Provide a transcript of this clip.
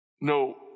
no